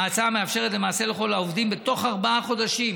ההצעה מאפשרת למעשה לכל העובדים בתוך ארבעה חודשים,